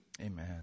Amen